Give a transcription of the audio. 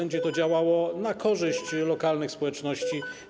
Będzie to działało na korzyść lokalnych społeczności.